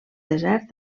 desert